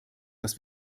dass